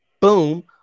boom